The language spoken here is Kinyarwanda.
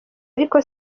ariko